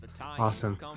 Awesome